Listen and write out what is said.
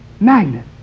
Magnet